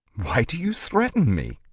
why do you threaten me?